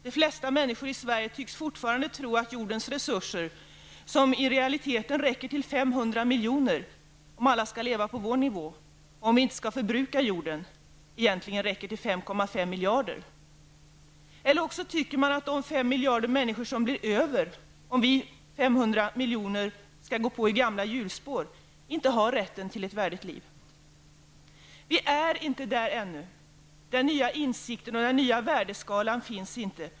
De flesta människor i Sverige tycks fortfarande tro att jordens resurser, som i realiteten räcker till 500 miljoner, om alla skall leva på vår nivå och om vi inte skall förbruka jorden, egentligen räcker till 5,5 miljarder. Eller också tycker att de 5 miljarder människor som blir över om vi 500 miljoner skall gå på i gamla hjulspår inte har rätten till ett värdigt liv. Vi är ännu inte där. Den nya insikten och den nya värdeskalan finns inte.